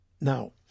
Now